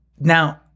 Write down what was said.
Now